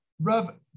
Rav